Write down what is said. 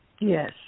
Yes